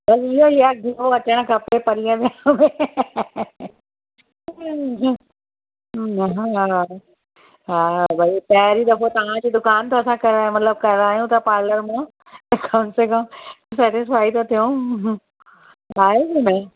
बसि इहो ई आहे ग्लो अचणु खपे परींहं में हुन में हा हा हा भई पहिरीं दफ़ो तव्हांजी दुकान तव्हां मतलबु करायूं था पार्लर मां कम से कम सेटिसफ़ाइड त थियूं आहे कि न